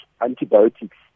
antibiotics